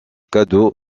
cadeaux